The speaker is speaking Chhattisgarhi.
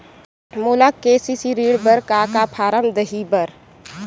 मोला के.सी.सी ऋण बर का का फारम दही बर?